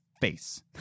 face